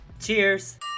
Cheers